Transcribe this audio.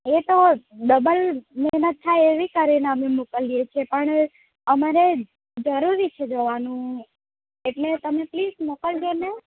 એ તો ડબલ મહેનત થાય એવી કરીને મોકલીએ છે પણ અમારે જરૂરી છે જવાનું એટલે તમે પ્લીઝ મોકલજોને